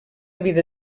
vida